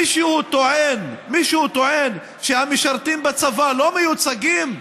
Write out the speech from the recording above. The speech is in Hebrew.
מישהו טוען שהמשרתים בצבא לא מיוצגים?